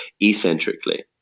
eccentrically